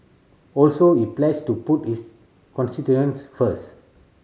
also he pledged to put his constituents first